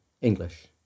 English